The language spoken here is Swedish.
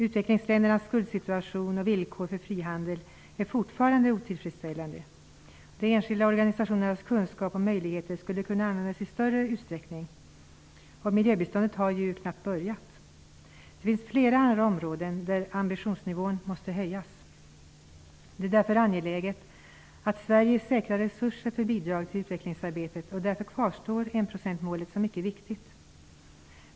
Utvecklingsländernas skuldsituation och villkor för frihandel är fortfarande otillfredsställande. De enskilda organisationernas kunskap och möjligheter skulle kunna användas i större utsträckning, och miljöbiståndet har knappt börjat. Det finns flera andra områden där ambitionsnivån måste höjas. Det är därför angeläget att Sverige säkrar resurser för bidrag till utvecklingsarbetet. Därför kvarstår enprocentsmålet som mycket viktigt.